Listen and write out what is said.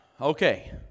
Okay